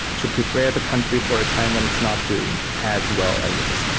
to prepare the country for a time when it's not doing as well as it is now.